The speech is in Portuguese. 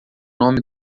nome